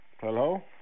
Hello